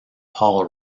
paul